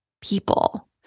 people